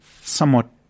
somewhat